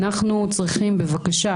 בבקשה,